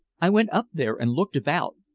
i went up there and looked about.